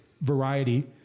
variety